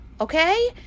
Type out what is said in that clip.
Okay